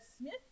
Smith